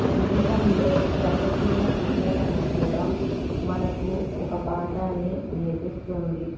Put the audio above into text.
జీవితంలో ప్రతి చిన్న సంఘటన కూడా మనకు ఒక పాఠాన్ని నేర్పిస్తుంది